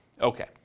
Okay